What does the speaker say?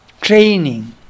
Training